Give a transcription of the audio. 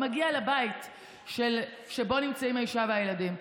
הוא מגיע לבית שבו נמצאים האישה והילדים.